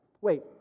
Wait